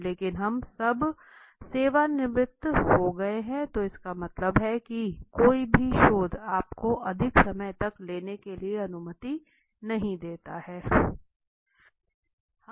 लेकिन हम अब सेवानिवृत्त हो गए हैं तो इसका मतलब है कि कोई भी शोध आपको अधिक समय लेने की अनुमति नहीं देता है